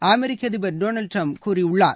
அமெரிக்க அதிபர் Donald Trump கூறியுள்ளார்